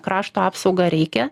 krašto apsaugą reikia